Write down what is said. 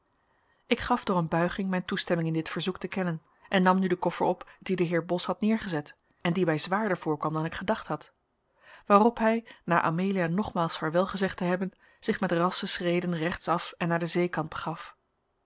ik gaf door een buiging mijn toestemming in dit verzoek te kennen en nam nu den koffer op dien de heer bos had neergezet en die mij zwaarder voorkwam dan ik gedacht had waarop hij na amelia nogmaals vaarwel gezegd te hebben zich met rassche schreden rechtsaf en naar den zeekant begaf